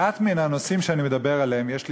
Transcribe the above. על מעט מן הנושאים שאני מדבר עליהם יש לי